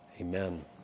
Amen